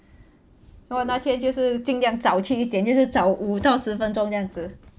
然后那天就是尽量早去一点就是早五到十分钟这样子